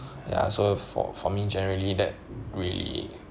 ya so for for me generally that really